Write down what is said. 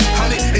honey